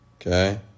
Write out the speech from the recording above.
Okay